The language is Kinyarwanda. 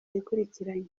yikurikiranya